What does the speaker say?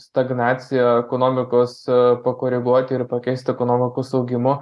stagnacija ekonomikos pakoreguot ir pakeist ekonomikos augimu